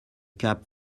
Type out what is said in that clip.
cap